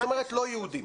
זאת אומרת לא יהודי.